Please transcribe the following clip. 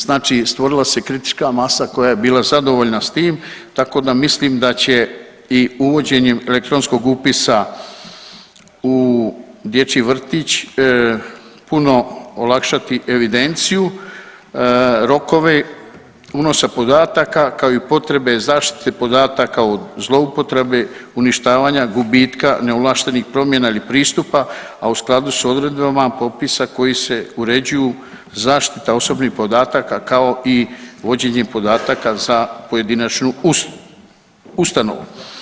Znači stvorila se kritička masa koja je bila zadovoljna s tim, tako da mislim da će i uvođenjem elektronskog upisa u dječji vrtić puno olakšati evidenciju, rokove unosa podataka kao i potrebe zaštite podataka od zloupotrebe, uništavanja gubitka, neovlaštenih promjena ili pristupa a u skladu sa odredbama popisa koji se uređuju, zaštita osobnih podataka kao i vođenje podataka za pojedinačnu ustanovu.